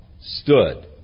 stood